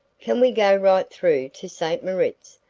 can we go right through to st. moritz?